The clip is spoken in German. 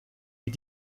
die